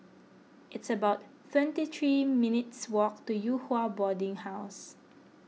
it's about three minutes' walk to Yew Hua Boarding House